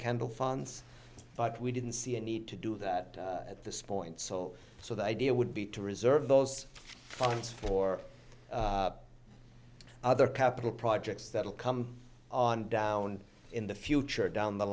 candle funds but we didn't see a need to do that at this point so so the idea would be to reserve those funds for other capital projects that will come on down in the future down the